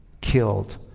killed